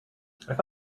thought